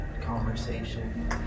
conversation